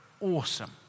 awesome